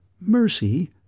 Mercy